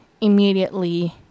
immediately